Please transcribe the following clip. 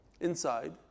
Inside